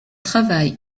travail